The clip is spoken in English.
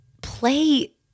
play